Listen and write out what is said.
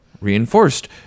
reinforced